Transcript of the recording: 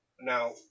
now